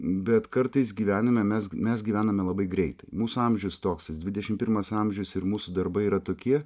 bet kartais gyvename mes mes gyvename labai greitai mūsų amžius toks tas dvidešimt pirmas amžius ir mūsų darbai yra tokie